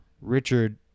Richard